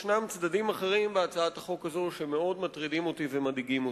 יש צדדים אחרים בהצעת החוק הזאת שמאוד מטרידים אותי ומדאיגים אותי.